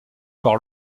par